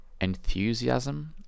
enthusiasm